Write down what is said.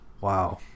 Wow